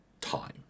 time